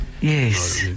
Yes